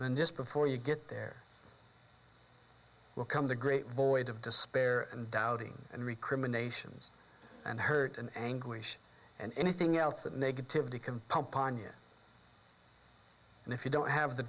are then just before you get there will comes a great void of despair and doubting and recriminations and hurt and anguish and anything else that negativity can pump on your and if you don't have the